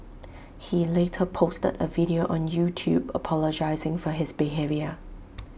he later posted A video on YouTube apologising for his behaviour